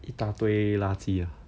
一大堆垃圾啊